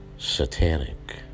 satanic